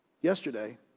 Yesterday